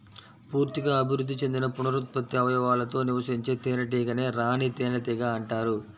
పూర్తిగా అభివృద్ధి చెందిన పునరుత్పత్తి అవయవాలతో నివసించే తేనెటీగనే రాణి తేనెటీగ అంటారు